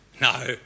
No